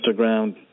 Instagram